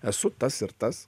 esu tas ir tas